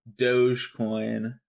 Dogecoin